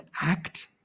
act